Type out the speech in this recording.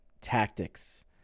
tactics